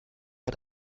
hat